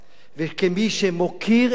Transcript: שכמי שמוקיר את טורקיה